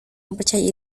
mempercayai